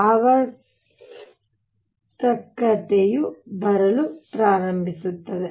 ಆವರ್ತಕತೆಯು ಬರಲು ಪ್ರಾರಂಭಿಸುತ್ತದೆ